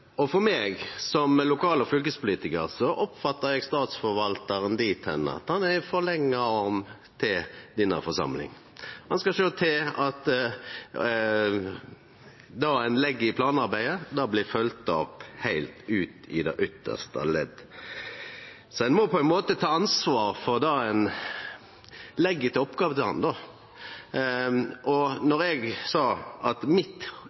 som lokal- og fylkespolitikar, oppfattar Statsforvaltaren sånn at han er ei forlenga arm for denne forsamlinga. Han skal sjå til at det ein legg i planarbeidet, blir følgt opp heilt ut i det ytste leddet. Ein må på ein måte ta ansvar for det ein legg av oppgåver til han. Når eg sa at mitt